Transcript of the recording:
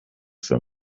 for